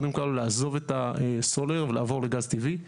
קודם כל לעזוב את הסולר ולעבור לגז טבעי.